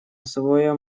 своём